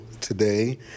today